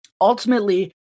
ultimately